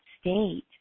state